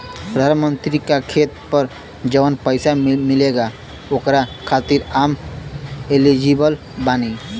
प्रधानमंत्री का खेत पर जवन पैसा मिलेगा ओकरा खातिन आम एलिजिबल बानी?